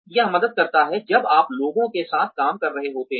यह मदद करता है जब आप लोगों के साथ काम कर रहे होते हैं